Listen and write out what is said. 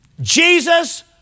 Jesus